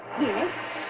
Yes